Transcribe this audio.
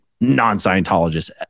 non-scientologists